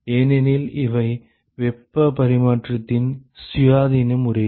ஏனெனில் இவை வெப்ப பரிமாற்றத்தின் சுயாதீன முறைகள்